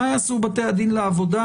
מה יעשו בתי הדין לעבודה?